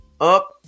up